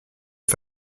est